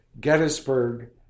Gettysburg